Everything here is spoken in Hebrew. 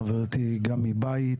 חברתי גם מבית,